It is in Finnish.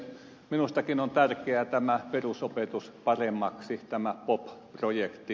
minustakin on tärkeä tämä perusopetus paremmaksi tämä pop projekti